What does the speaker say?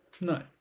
No